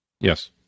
Yes